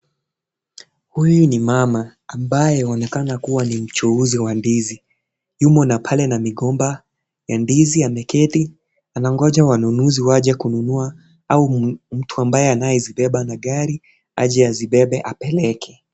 Huyu ni mama ambaye anaonekana kuwa mchuuzi wa ndizi yumo na pale na migomba ya ndizi ameketi anangoja wanunuzi waje kununua au mtu ambaye anayezibeba na gari aje azibebe apeleke.